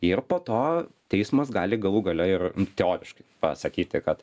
ir po to teismas gali galų gale ir teoriškai pasakyti kad